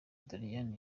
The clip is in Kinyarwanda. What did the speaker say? doriane